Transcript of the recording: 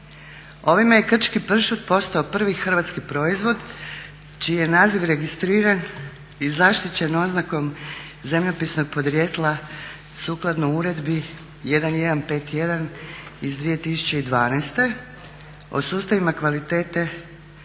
Ovime je krčki pršut postao prvi hrvatski proizvod čiji je naziv registriran i zaštićen oznakom zemljopisnog podrijetla sukladno uredbi 1151 iz 2012. o sustavima kvalitete